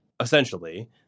essentially